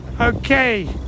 Okay